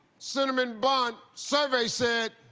cinnamon bun. survey said.